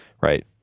right